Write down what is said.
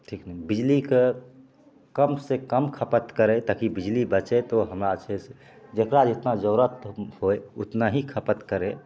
ठीक ने बिजलीके कमसे कम खपत करै ताकि बिजली बचे तो हमरा क्षेत्र जेकरा जेतना जरूरत होइ उतनाही खपत करे